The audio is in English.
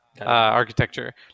architecture